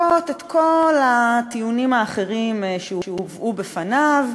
את כל הטיעונים האחרים שהובאו בפניו,